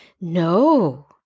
no